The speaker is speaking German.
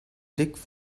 blick